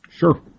Sure